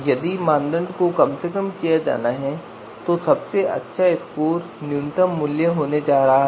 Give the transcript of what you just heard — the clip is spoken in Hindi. यदि मानदंड को कम से कम करना है तो सबसे अच्छा स्कोर न्यूनतम मूल्य होने जा रहा है